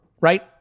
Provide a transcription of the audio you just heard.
right